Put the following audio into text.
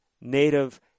Native